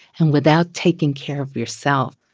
and without taking care of yourself,